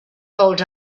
hold